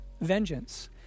vengeance